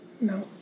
No